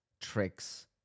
tricks